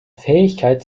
fähigkeit